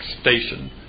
station